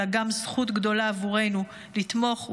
אלא גם זכות גדולה עבורנו לתמוך,